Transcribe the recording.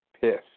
pissed